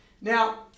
Now